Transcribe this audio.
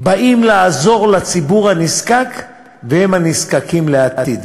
שבאים לעזור לציבור הנזקק והם הנזקקים לעתיד.